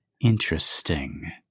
Interesting